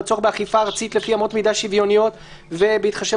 בצורך באכיפה ארצית לפי אמות מידה שוויוניות ובהתחשב